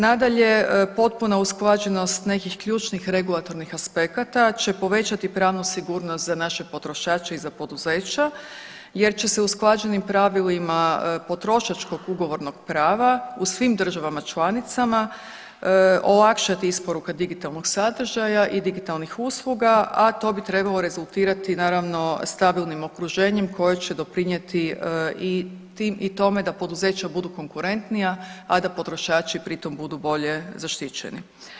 Nadalje, potpuna usklađenost nekih ključnih regulatornih aspekata će povećati pravnu sigurnost za naše potrošače i za poduzeća jer će se usklađenim pravilima potrošačkog ugovornog prava u svim državama članicama olakšati isporuka digitalnih sadržaja i digitalnih usluga, a to bi trebalo rezultirati naravno stabilnim okruženjem koje će doprinijeti tim i tome da poduzeća budu konkurentnija, a da potrošači pri tom budu bolje zaštićeni.